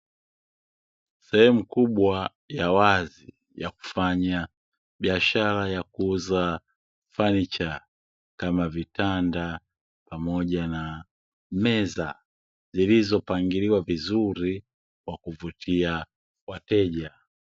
Sehemu kubwa ya wazi ya kufanya biashara ya kuuza fanicha kama vitanda pamoja na meza, zilizopangiliwa vizuri kwa kuvutia wateja.